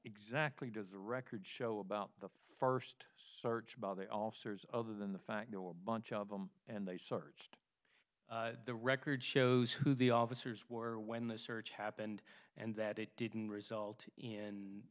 exactly does the record show about the first search by the officers other than the fact there were a bunch of them and they searched the record shows who the officers were when the search happened and that it didn't result in